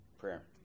Prayer